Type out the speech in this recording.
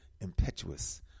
impetuous